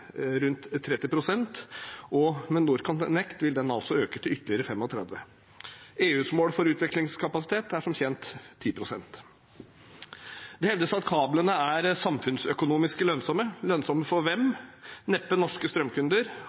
rundt 30 pst. Med NorthConnect vil den øke til ytterligere 35 pst. EUs mål for utvekslingskapasitet er som kjent 10 pst. Det hevdes at kablene er samfunnsøkonomisk lønnsomme. Lønnsomme for hvem? Neppe norske strømkunder